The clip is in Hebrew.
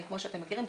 כמו שאתם מכירים,